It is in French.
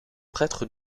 prêtre